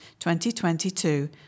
2022